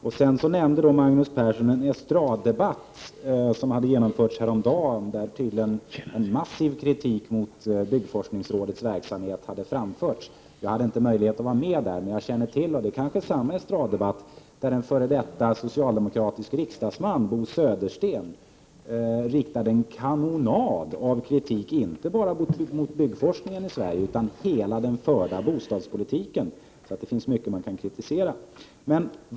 Magnus Persson nämnde en estraddebatt som hade genomförts häromdagen, där tydligen en massiv kritik hade framförts mot byggforskningsrådets verksamhet. Jag hade inte möjlighet att vara med där, men jag känner till att en f.d. socialdemokratisk riksdagsman, Bo Södersten, har riktat en kanonad av kritik inte bara mot byggforskningen i Sverige utan mot hela den förda bostadspolitiken — det kanske är fråga om samma estraddebatt. Det finns alltså mycket man kan kritisera.